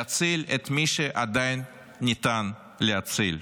להציל את מי שעדיין ניתן להציל.